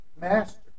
Master